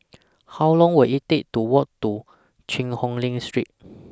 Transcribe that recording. How Long Will IT Take to Walk to Cheang Hong Lim Street